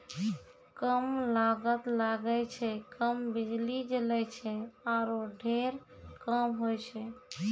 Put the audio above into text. कम लागत लगै छै, कम बिजली जलै छै आरो ढेर काम होय छै